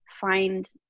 find